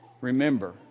remember